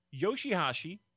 Yoshihashi